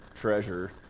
treasure